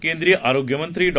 केंद्रीय आरोग्यमंत्री डॉ